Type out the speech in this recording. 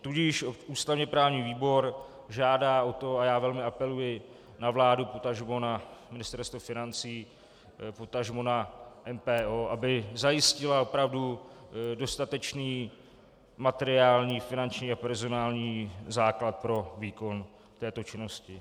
Tudíž ústavněprávní výbor žádá o to, a já velmi apeluji na vládu, potažmo na Ministerstvo financí, potažmo na MPO, aby zajistily opravdu dostatečný materiální, finanční a personální základ pro výkon této činnosti.